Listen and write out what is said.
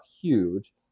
huge